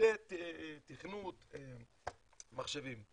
לימודי תכנות מחשבים.